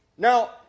Now